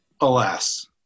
alas